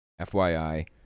FYI